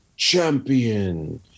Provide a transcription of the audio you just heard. Champion